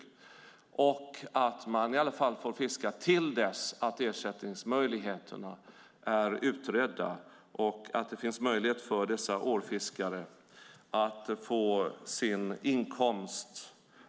Jag skulle vilja se att man i alla fall får fiska till dess att ersättningsmöjligheterna är utredda och man vet att det finns möjlighet för dessa ålfiskare att få sin inkomst.